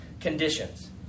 conditions